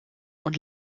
und